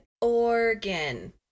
organ